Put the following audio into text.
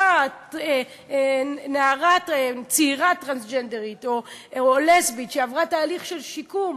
ואז אותה נערה צעירה טרנסג'נדרית או לסבית שעברה תהליך של שיקום